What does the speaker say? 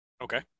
Okay